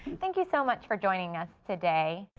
thank you so much for joining us today.